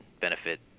benefit